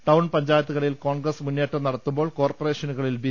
ടൌൺപഞ്ചായത്തുക ളിൽ കോൺഗ്രസ് മുന്നേറ്റം നടത്തുമ്പോൾ കോർപ്പറേഷനുകളിൽ ബി